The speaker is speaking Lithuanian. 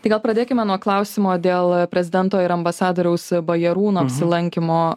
tai gal pradėkime nuo klausimo dėl prezidento ir ambasadoriaus bajarūno apsilankymo